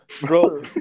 bro